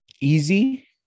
easy